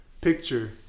picture